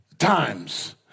times